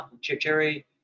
Jerry